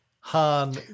Han